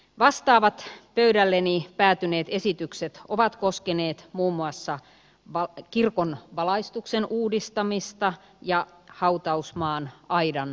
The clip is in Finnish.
vastaavat pöydälleni päätyneet esitykset ovat koskeneet muun muassa kirkon valaistuksen uudistamista ja hautausmaan aidan korjaamista